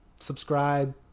subscribe